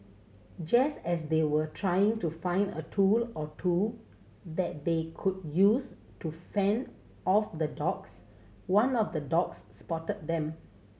just as they were trying to find a tool or two that they could use to fend off the dogs one of the dogs spotted them